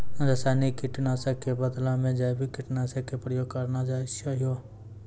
रासायनिक कीट नाशक कॅ बदला मॅ जैविक कीटनाशक कॅ प्रयोग करना चाहियो